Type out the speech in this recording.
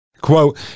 Quote